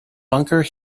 bunker